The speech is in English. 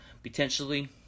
Potentially